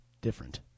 different